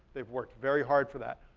they've worked very hard for that.